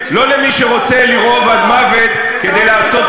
לא למי שרוצה לרעוב עד מוות כדי לעשות